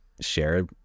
share